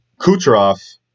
Kucherov